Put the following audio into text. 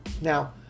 Now